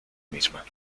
misma